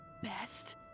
Best